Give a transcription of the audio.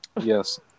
Yes